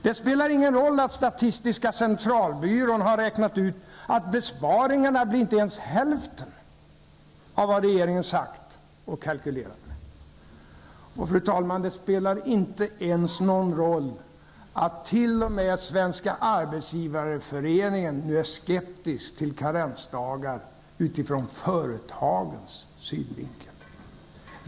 Det spelar ingen roll att statistiska centralbyrån har räknat ut att besparingarna inte blir ens hälften av vad regeringen sagt och kalkylerat med. Och, fru talman, det spelar inte ens någon roll att till och med Svenska Arbetsgivareföreningen nu är skeptisk till karensdagar ur företagens synvinkel.